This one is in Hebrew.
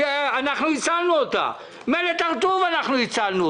אנחנו הצלנו אותה; את מלט הרטוב הצלנו.